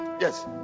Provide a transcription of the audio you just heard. Yes